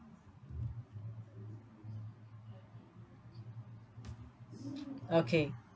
okay